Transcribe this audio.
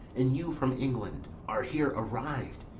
and you from england, are here arriv'd,